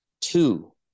Two